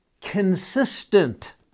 consistent